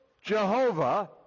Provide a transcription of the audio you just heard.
Jehovah